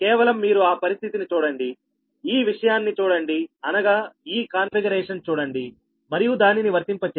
కేవలం మీరు ఆ పరిస్థితిని చూడండి ఈ విషయాన్ని చూడండి అనగా ఈ కాన్ఫిగరేషన్ చూడండి మరియు దానిని వర్తింప చేయండి